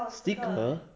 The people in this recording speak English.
sticker